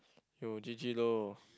you G_G loh